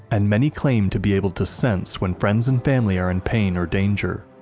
and many claim to be able to sense when friends and family are in pain or danger.